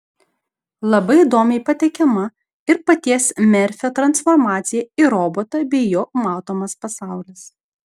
labai įdomiai pateikiama ir paties merfio transformacija į robotą bei jo matomas pasaulis